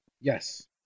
Yes